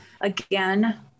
Again